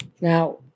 Now